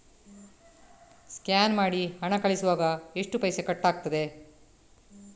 Scan ಮಾಡಿ ಹಣ ಕಳಿಸುವಾಗ ಎಷ್ಟು ಪೈಸೆ ಕಟ್ಟಾಗ್ತದೆ?